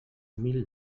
mil